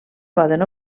poden